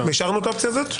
השארנו את האופציה הזאת?